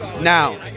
Now